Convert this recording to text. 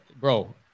bro